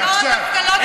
מה עם הרצח של השוטרים?